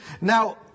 Now